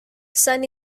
sun